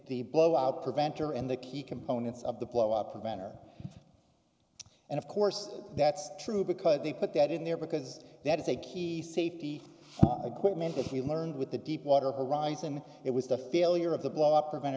the blowout preventer and the key components of the blowout preventer and of course that's true because they put that in there because that is a key safety equipment that we learned with the deepwater horizon it was the failure of the blowup prevent